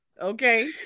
okay